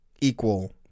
equal